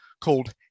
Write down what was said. called